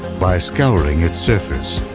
by scouring its surface,